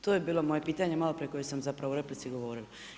To je bilo moje pitanje maloprije koje sam zapravo u replici govorila.